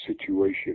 situation